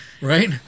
Right